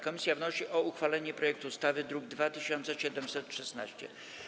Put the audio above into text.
Komisja wnosi o uchwalenie projektu ustawy z druku nr 2716.